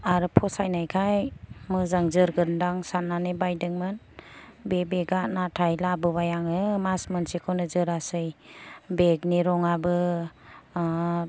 आरो फसायनायखाय मोजां जोरगोन्दां साननानै बायदोंमोन बे बेगा नाथाय लाबोबाय आङो मास मोनसे खौनो जोरासै बेग नि रङाबो